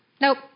Nope